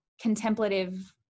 contemplative